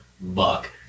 buck